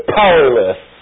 powerless